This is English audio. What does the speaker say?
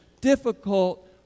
difficult